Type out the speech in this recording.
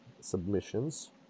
submissions